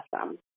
awesome